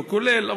לא כולל?